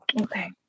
Okay